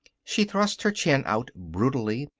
she thrust her chin out brutally,